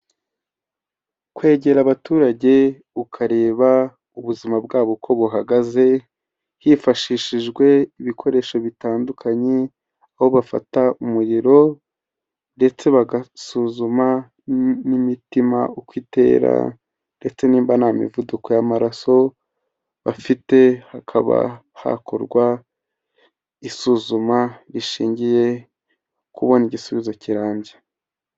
Kwegera abaturage ukareba ubuzima bwabo uko buhagaze, hifashishijwe ibikoresho bitandukanye, aho bafata umuriro, ndetse bagasuzuma n'imitima uko itera, ndetse nimba nta mivuduko y'amaraso bafite, hakaba hakorwa isuzuma rishingiye ku kubona igisubizo kirambye.